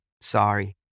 sorry